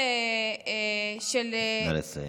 נא לסיים.